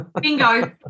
Bingo